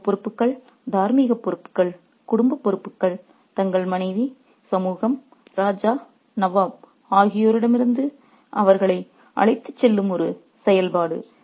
சமூகப் பொறுப்புகள் தார்மீகப் பொறுப்புகள் குடும்பப் பொறுப்புகள் தங்கள் மனைவிகள் சமூகம் ராஜா நவாப் ஆகியோரிடமிருந்து அவர்களை அழைத்துச் செல்லும் ஒரு செயல்பாடு